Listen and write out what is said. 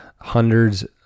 hundreds